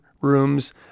rooms